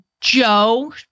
Joe